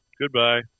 Goodbye